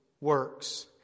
works